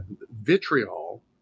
vitriol